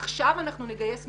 עכשיו אנחנו נגייס מפקחים.